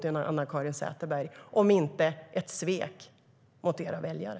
Vad är det, Anna-Caren Sätherberg, om inte ett svek mot era väljare?